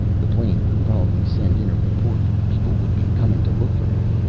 the plane would probably send in a report. people would be coming to look for him.